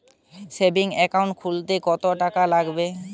Savings account খুলতে কতটাকা লাগবে?